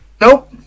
Nope